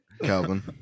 Calvin